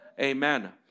Amen